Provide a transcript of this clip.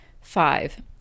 Five